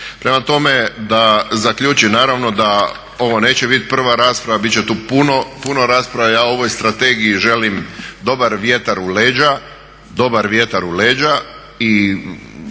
Prema tome, da zaključim, naravno da ovo neće biti prva rasprave, bit će tu puno rasprave, a ovoj strategiji želim dobar vjetar u leđa i